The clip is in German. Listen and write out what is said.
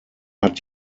hat